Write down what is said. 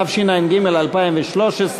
התשע"ג 2013,